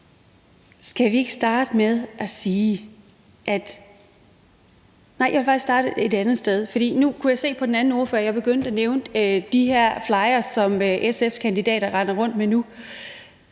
Skal vi ikke starte med at sige – nej, jeg vil faktisk starte et andet sted, for jeg kunne jo kigge på den anden ordfører, da jeg begyndte at nævne de her flyers, som SF's kandidater render rundt med nu.